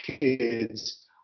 kids